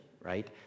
right